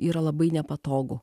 yra labai nepatogu